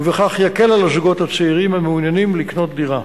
ובכך יקל על הזוגות הצעירים המעוניינים לקנות דירה.